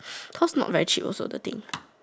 cause not very cheap also the thing